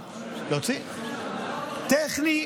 טכנית,